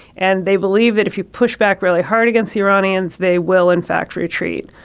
and they believe that if you push back really hard against the iranians, they will, in fact, retreat.